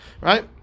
right